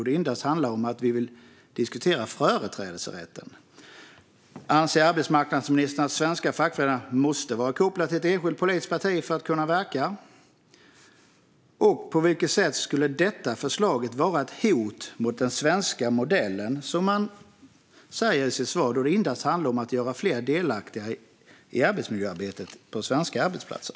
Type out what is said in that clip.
Det handlar endast om att vi vill diskutera företrädesrätten. Anser arbetsmarknadsministern att svenska fackföreningar måste vara kopplade till ett enskilt politiskt parti för att kunna verka? På vilket sätt skulle detta förslag vara ett hot mot den svenska modellen, som man säger i svaret, då det endast handlar om att göra fler delaktiga i arbetsmiljöarbetet på svenska arbetsplatser?